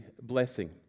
blessing